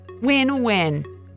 Win-win